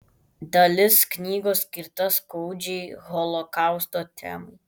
dalis knygos skirta skaudžiai holokausto temai